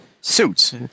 suits